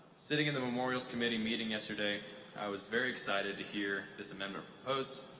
sitting in the memorials committee meeting yesterday i was very excited to hear this amendment proposed.